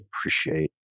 appreciate